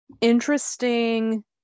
interesting